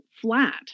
flat